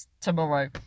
tomorrow